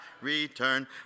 return